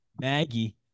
Maggie